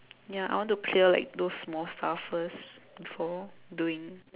ya I want to clear like those small stuff first before doing